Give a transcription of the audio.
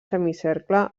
semicercle